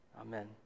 Amen